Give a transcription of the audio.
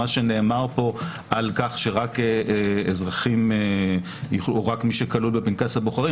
מה שנאמר פה על כך שרק אזרחים או מי שכלול בפנקס הבוחרים,